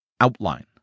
outline